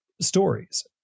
stories